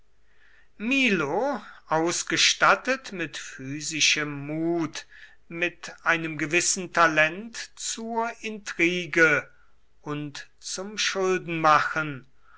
milo ausgestattet mit physischem mut mit einem gewissen talent zur intrige und zum